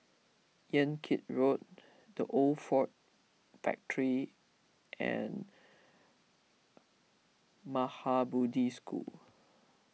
Yan Kit Road the Old Ford Factor and Maha Bodhi School